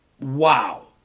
Wow